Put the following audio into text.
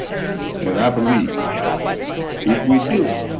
and i believe if we do,